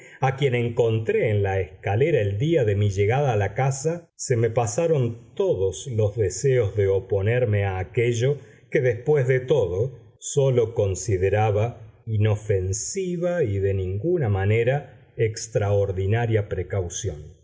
a quien encontré en la escalera el día de mi llegada a la casa se me pasaron todos los deseos de oponerme a aquello que después de todo sólo consideraba inofensiva y de ninguna manera extraordinaria precaución